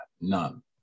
none